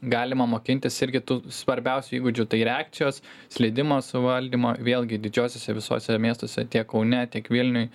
galima mokintis irgi tų svarbiausių įgūdžių tai reakcijos slydimo suvaldymo vėlgi didžiosiose visuose miestuose tiek kaune tiek vilniuj